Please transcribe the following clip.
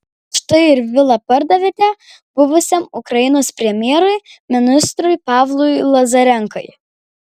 štai ir vilą pardavėte buvusiam ukrainos premjerui ministrui pavlui lazarenkai